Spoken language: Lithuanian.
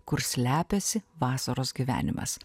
kur slepiasi vasaros gyvenimas